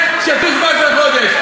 הלוואי שכל מי שאיננו מתגייס יעשה 17 חודש.